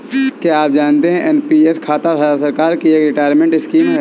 क्या आप जानते है एन.पी.एस खाता भारत सरकार की एक रिटायरमेंट स्कीम है?